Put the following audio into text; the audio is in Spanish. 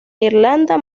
irlanda